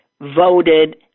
voted